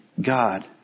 God